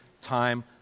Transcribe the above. time